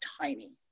tiny